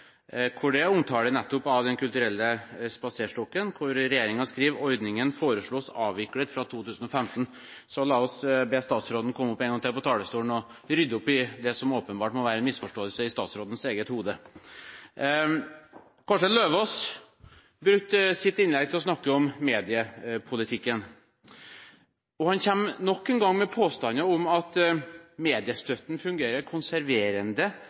hvor regjeringen skriver: «Ordningen foreslås avviklet fra 2015.» Så la oss be statsråden komme opp igjen på talerstolen og rydde opp i det som åpenbart må være en misforståelse i statsrådens eget hode. Kårstein Eidem Løvaas brukte sitt innlegg til å snakke om mediepolitikken, og han kommer nok en gang med påstander om at mediestøtten fungerer konserverende